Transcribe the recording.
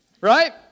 Right